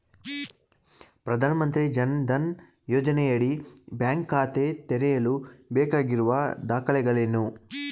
ಪ್ರಧಾನಮಂತ್ರಿ ಜನ್ ಧನ್ ಯೋಜನೆಯಡಿ ಬ್ಯಾಂಕ್ ಖಾತೆ ತೆರೆಯಲು ಬೇಕಾಗಿರುವ ದಾಖಲೆಗಳೇನು?